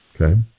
okay